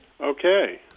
Okay